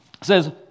says